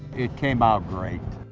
it came out great!